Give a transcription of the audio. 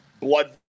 Blood